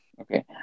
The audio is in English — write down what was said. Okay